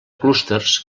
clústers